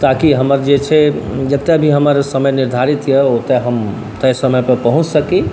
ताकि हमर जे छै जतऽ भी हमर समय निर्धारित अइ ओतऽ हम तय समयपर पहुँच सकी